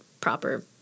proper